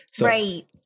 Right